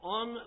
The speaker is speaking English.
on